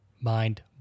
Mind